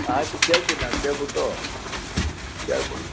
ಆಯಿತು ಕೇಳ್ತೀನಿ ನಾನು ಕೇಳ್ಬಿಟ್ಟು ಹೇಳ್ಬ